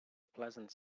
pleasant